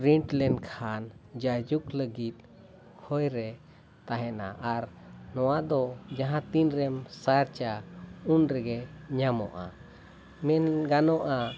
print ᱞᱮᱱᱠᱷᱟᱱ ᱡᱟᱭᱡᱩᱜᱽ ᱞᱟᱹᱜᱤᱫ ᱦᱚᱭ ᱨᱮ ᱛᱟᱦᱮᱱᱟ ᱟᱨ ᱱᱚᱣᱟ ᱫᱚ ᱡᱟᱦᱟᱸ ᱛᱤᱱᱨᱮᱢ ᱥᱟᱨᱪᱟ ᱩᱱ ᱨᱮᱜᱮ ᱧᱟᱢᱚᱜᱼᱟ ᱢᱮᱱ ᱜᱟᱱᱚᱜᱼᱟ